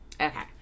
Okay